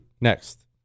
Next